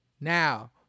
now